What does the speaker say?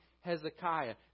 Hezekiah